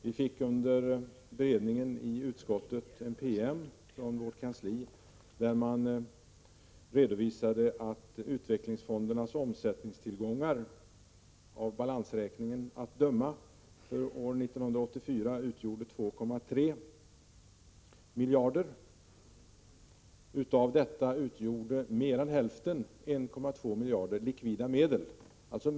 Vi fick under beredningen i utskottet en PM från vårt kansli, där man redovisade att utvecklingsfondernas omsättningstillgångar, av balansräkningen att döma, år 1984 uppgick till 2,3 miljarder. Av detta utgjorde mer än hälften, 1,2 miljarder, likvida medel.